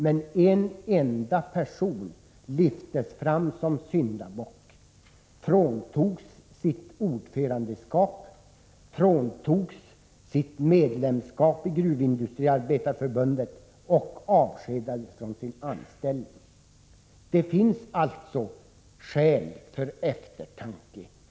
Men en enda person lyftes fram som syndabock, fråntogs sitt ordförandeskap, fråntogs sitt medlemskap i Gruvindustriarbetareförbundet och avskedades från sin anställning. Det finns alltså skäl till eftertanke.